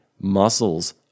Muscles